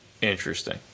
interesting